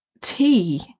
tea